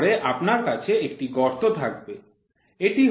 তারপরে আপনার কাছে একটি গর্ত থাকবে